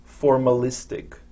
formalistic